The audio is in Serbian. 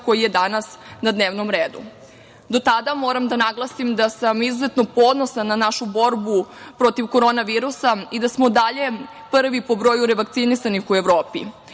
koji je danas na dnevnom redu. Do tada moram da naglasim da sam izuzetno ponosna na našu borbu protiv korona virusa i da smo dalje prvi po broju revakcinisanih u